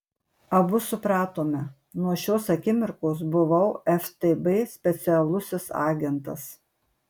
abu supratome nuo šios akimirkos buvau ftb specialusis agentas